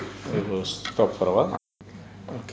we will stop for awhile